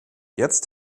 jetzt